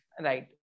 Right